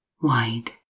wide